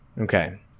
Okay